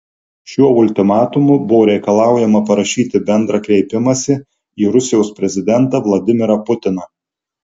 šiuo ultimatumu buvo reikalaujama parašyti bendrą kreipimąsi į rusijos prezidentą vladimirą putiną